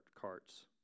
carts